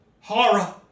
Horror